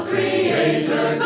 Creator